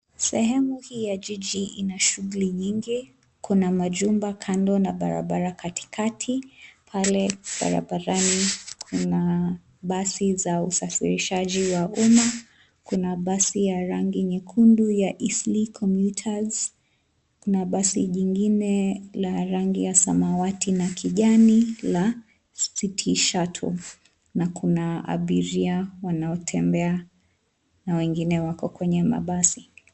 Sehemu hii ya jiji ina shughuli nyingi. Kuna majumba kando na barabara katikati. Pale barabarani kuna basi za usafirishaji wa umma. Kuna basi ya rangi nyekundu ya Eastleigh Commuters . Kuna basi jingine la rangi ya samawati na kijani la City Shuttle na kuna abiria wanaotembea na wengine wako kwenye mabasi.